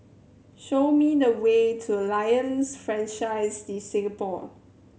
show me the way to Alliance Francaise De Singapour